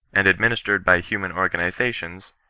and bdwinistered by human organizations,